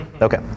okay